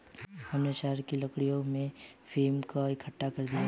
हमने शहद को लकड़ी के फ्रेम पर इकट्ठा कर दिया है